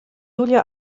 julia